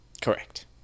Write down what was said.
correct